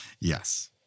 Yes